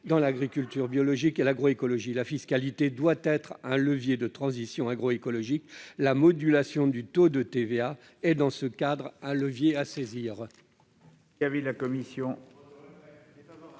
dans l'agriculture biologique et l'agroécologie. La fiscalité doit être un levier de transition agroécologique : la modulation du taux de TVA est dans ce cadre un levier à saisir.